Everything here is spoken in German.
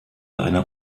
einer